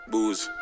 Booze